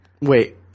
Wait